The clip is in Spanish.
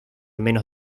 menos